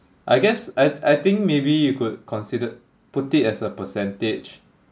I guess I I think maybe you could consider put it as a percentage